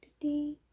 today